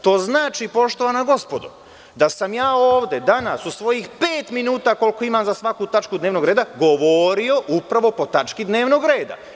To znači, poštovana gospodo, da sam ja ovde danas u svojih pet minuta koliko imam za svaku tačku dnevnog reda govorio upravo po tački dnevnog reda.